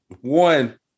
One